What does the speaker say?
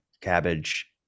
cabbage